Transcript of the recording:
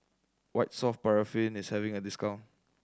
White Soft Paraffin is having a discount